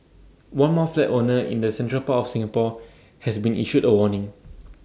one more flat owner in the central part of Singapore has been issued A warning